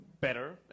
better